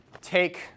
take